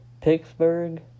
Pittsburgh